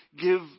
Give